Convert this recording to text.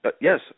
Yes